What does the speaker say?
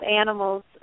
animals